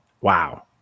wow